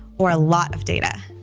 or a lot of data.